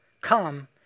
Come